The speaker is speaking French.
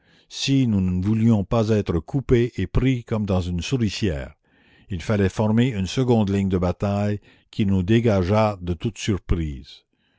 si nous ne voulions pas être coupés et pris comme dans une souricière il fallait former une seconde ligne de bataille qui nous dégageât de toute surprise